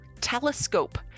telescope